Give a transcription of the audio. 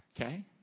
Okay